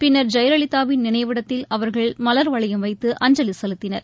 பின்னர் ஜெயலலிதாவின் நினைவிடத்தில் அவர்கள் மலர்வளையும் வைத்து அஞ்சலி செலுத்தினர்